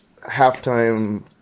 halftime